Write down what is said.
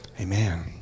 Amen